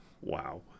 Wow